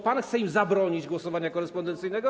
Pan chce im zabronić głosowania korespondencyjnego?